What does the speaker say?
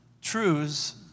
truths